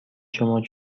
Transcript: شما